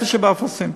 אפס שבאפסים.